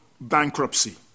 bankruptcy